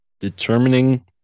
determining